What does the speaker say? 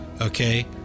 Okay